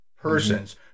Persons